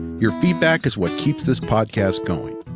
your feedback is what keeps this podcast going.